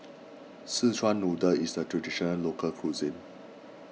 Szechuan Noodle is a Traditional Local Cuisine